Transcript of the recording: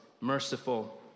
merciful